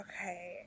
Okay